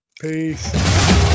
Peace